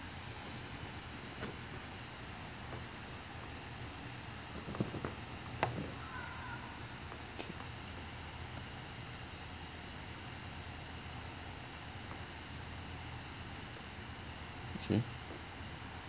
okay